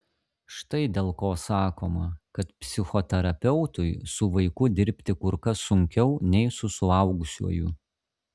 štai dėl ko sakoma kad psichoterapeutui su vaiku dirbti kur kas sunkiau nei su suaugusiuoju